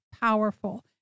powerful